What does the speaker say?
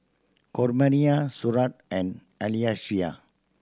Coraima Stuart and Alyssia